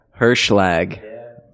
Herschlag